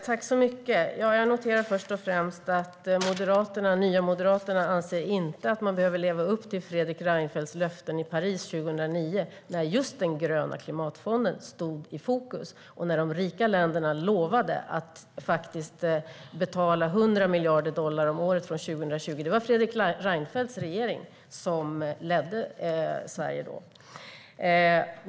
Herr talman! Jag noterar först och främst att Nya moderaterna inte anser att man behöver leva upp till Fredrik Reinfeldts löften i Paris 2009 när den gröna klimatfonden stod i fokus och de rika länderna lovade att betala 100 miljarder dollar om året från 2020. Det var Fredrik Reinfeldts regering som då ledde Sverige.